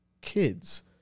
kids